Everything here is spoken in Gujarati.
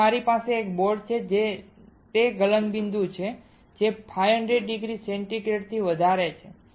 હવે મારી પાસે એક બોટ છે જે તે ગલનબિંદુ છે જે 500 ડિગ્રી સેન્ટીગ્રેડથી ઘણી વધારે છે